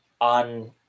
on